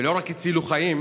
ולא רק הצילו חיים,